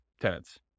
tenants